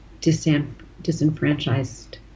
disenfranchised